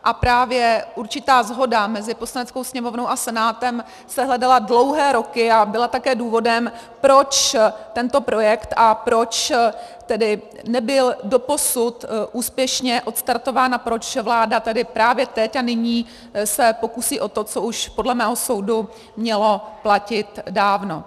A právě určitá shoda mezi Poslaneckou sněmovnou a Senátem se hledala dlouhé roky a byla také důvodem, proč tento projekt a proč tedy nebyl doposud úspěšně odstartován a proč vláda právě teď a nyní se pokusí o to, co už podle mého soudu mělo platit dávno.